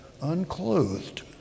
unclothed